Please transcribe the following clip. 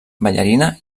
ballarina